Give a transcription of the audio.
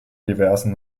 diversen